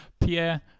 Pierre